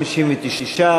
59,